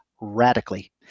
radically